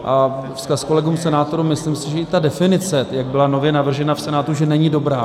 A vzkaz kolegům senátorům: Myslím si, že i ta definice, jak byla nově navržena v Senátu, není dobrá.